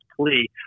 plea